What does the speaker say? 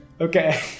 Okay